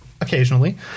occasionally